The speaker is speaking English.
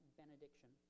benediction